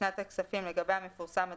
בשנת הכספים לגביה מפורסם הדיווח,